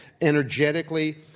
energetically